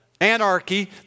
anarchy